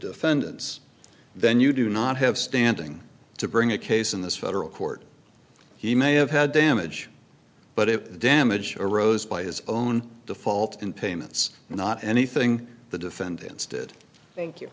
defendants then you do not have standing to bring a case in this federal court he may have had damage but if the damage arose by his own fault and payments and not anything the defendants did thank you